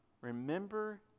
remember